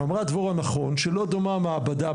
אמרה דבורה נכון - שלא דומה ההשלמה במעבדה